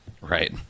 Right